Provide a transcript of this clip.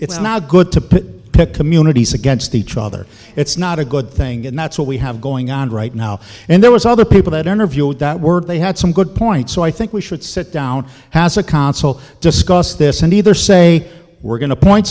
it's not good to pick communities against each other it's not a good thing and that's what we have going on right now and there was other people that interview with that word they had some good points so i think we should sit down has a consul discuss this and either say we're going to appoint